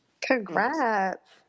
Congrats